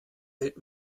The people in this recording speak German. welt